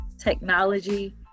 Technology